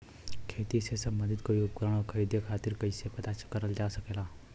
खेती से सम्बन्धित कोई उपकरण खरीदे खातीर कइसे पता करल जा सकेला?